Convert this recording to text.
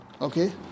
okay